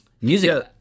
music